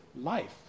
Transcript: life